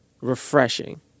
refreshing